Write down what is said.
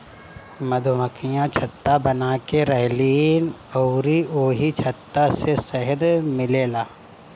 मधुमक्खियाँ छत्ता बनाके रहेलीन अउरी ओही छत्ता से शहद मिलेला